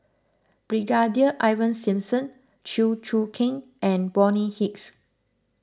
Brigadier Ivan Simson Chew Choo Keng and Bonny Hicks